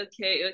okay